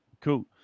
Cool